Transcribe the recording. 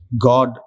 God